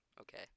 okay